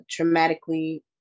traumatically